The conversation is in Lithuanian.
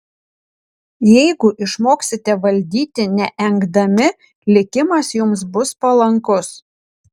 jeigu išmoksite valdyti neengdami likimas jums bus palankus